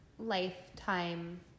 lifetime